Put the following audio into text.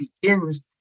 begins